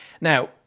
Now